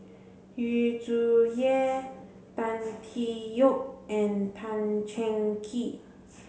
Yu Zhuye Tan Tee Yoke and Tan Cheng Kee